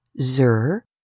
Zer